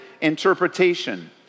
interpretation